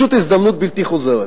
פשוט הזדמנות בלתי חוזרת.